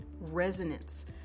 Resonance